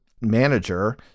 manager